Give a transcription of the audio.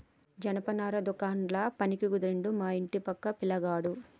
జనపనార దుకాండ్ల పనికి కుదిరిండు మా ఇంటి పక్క పిలగాడు